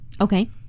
Okay